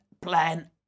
plan